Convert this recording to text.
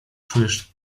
czujesz